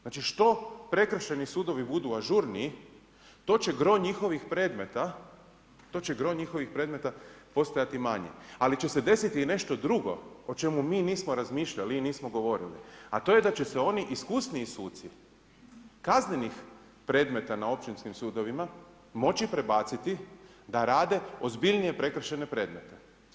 Znači što prekršajni sudovi budu ažurniji, to će gro njihovih predmeta postojati manji, ali će se desiti i nešto drugo o čemu mi nismo razmišljali i nismo govorili, a to je da će se oni iskusniji suci kaznenih predmeta na općinskim sudovima moći prebaciti da rade ozbiljnije prekršajne predmete.